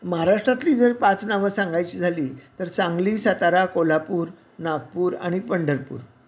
महाराष्ट्रातली जर पाच नावं सांगायची झाली तर सांगली सातारा कोल्हापूर नागपूर आणि पंढरपूर